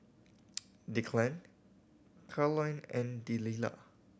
Declan Karolyn and Delilah